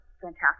fantastic